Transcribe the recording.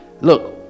look